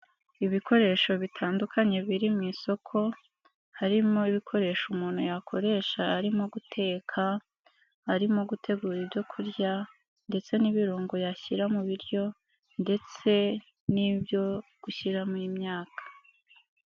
Ibikoresho bitandukanye biri mu isoko, harimo ibikoresho umuntu yakoresha arimo guteka, arimo gutegura ibyo kurya, ndetse n'ibirungo yashyira mu biryo, ndetse n'ibyo gushyiramo imyaka.